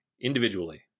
individually